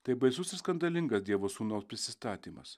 tai baisusis skandalingas dievo sūnaus prisistatymas